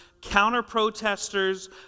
counter-protesters